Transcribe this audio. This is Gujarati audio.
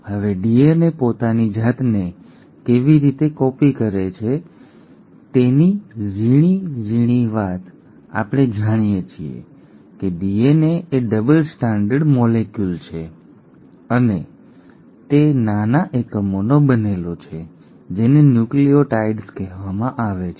હવે ડીએનએ પોતાની જાતને કેવી રીતે કોપી કરે છે તેની ઝીણી ઝીણ હવે આપણે બધા જાણીએ છીએ કે ડીએનએ એ ડબલ સ્ટાન્ડર્ડ મોલેક્યુલ છે અને તે નાના એકમોનો બનેલો છે જેને ન્યુક્લિઓટાઇડ્સ કહેવામાં આવે છે